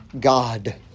God